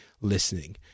listening